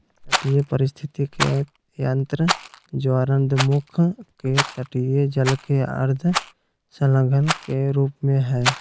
तटीय पारिस्थिति के तंत्र ज्वारनदमुख के तटीय जल के अर्ध संलग्न के रूप में हइ